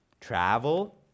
travel